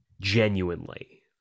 genuinely